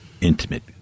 intimate